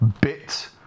bit